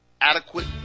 adequate